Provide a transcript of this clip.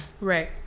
Right